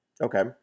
okay